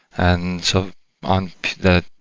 and so on that,